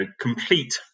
complete